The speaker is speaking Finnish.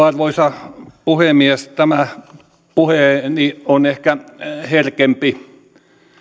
arvoisa puhemies tämä puheeni on ehkä herkempi